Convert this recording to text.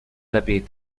lepiej